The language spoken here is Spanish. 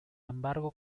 embargo